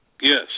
Yes